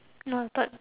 noted